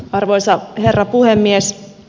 arvoisa herra puhemies